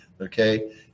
okay